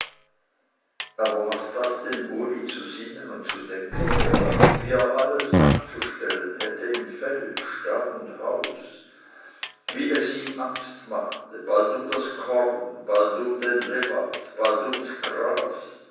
aber was das dem uli zu sinnen und zu denken gab wie er alles anzustellen hätte in feld stall und haus wie es ihm angst machte bald um das korn bald um den lewat bald ums gras